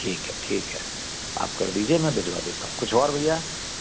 ठीक है ठीक है आप कर दीजिए मैं भिजवा देता हूँ कुच्छ और भैया